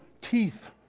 teeth